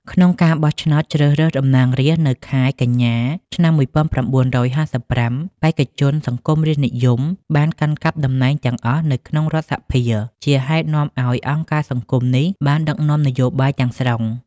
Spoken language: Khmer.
ក្នុងការបោះឆ្នោតជ្រើសរើសតំណាងរាស្ត្រនៅខែកញ្ញា ឆ្នាំ ១៩៥៥ បេក្ខជនសង្គមរាស្ត្រនិយមបានកាន់កាប់តំណែងទាំងអស់នៅក្នុងរដ្ឋសភា ជាហេតុនាំឱ្យអង្គការសង្គមនេះបានដឹកនាំនយោបាយទាំងស្រុង។